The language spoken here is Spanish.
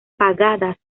pagada